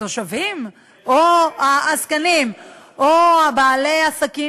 התושבים ----- או העסקנים או בעלי עסקים